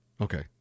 Okay